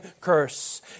curse